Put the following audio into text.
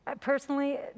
Personally